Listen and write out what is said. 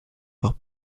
leur